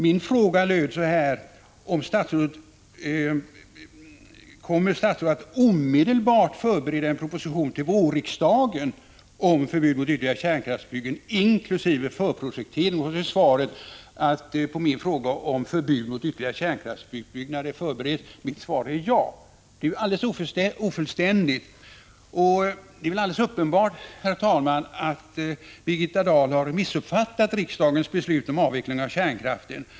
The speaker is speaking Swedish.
Min fråga löd: Kommer statsrådet att omedelbart förbereda en proposition till vårriksdagen om förbud mot ytterligare kärnkraftsbyggen inkl. förprojektering? Hon svarar blott att på min fråga om förbud mot ytterligare kärnkraftsutbyggnad är förberedd så är svaret ja. Detta är ju alldeles ofullständigt. Det är väl alldeles uppenbart, herr talman, att Birgitta Dahl har missuppfattat riksdagens beslut om avveckling av kärnkraften.